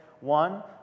One